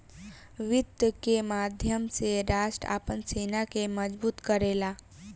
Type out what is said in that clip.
वित्त के माध्यम से राष्ट्र आपन सेना के मजबूत करेला